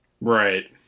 Right